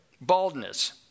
baldness